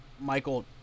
Michael